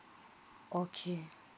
okay